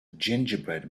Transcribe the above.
gingerbread